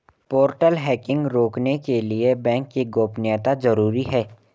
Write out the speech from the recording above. portal hacking रोकने के लिए बैंक की गोपनीयता जरूरी हैं